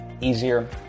easier